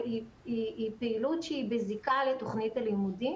והיא פעילות שהיא בזיקה לתוכנית הלימודים.